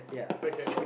okay